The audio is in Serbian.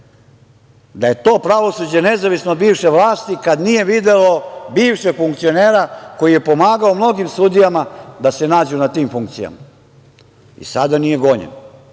da je to pravosuđe nezavisno od bivše vlasti kad nije videlo bivšeg funkcionera koji je pomagao mnogim sudijama da se nađu na tim funkcijama i sada nije gonjen?